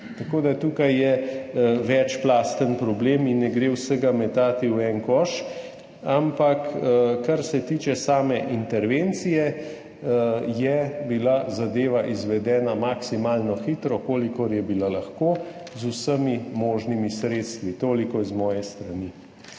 so. Tukaj je večplasten problem in ne gre vsega metati v en koš. Ampak kar se tiče same intervencije, je bila zadeva izvedena maksimalno hitro, kolikor je bila lahko, z vsemi možnimi sredstvi. Toliko z moje strani.